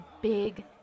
big